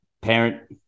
parent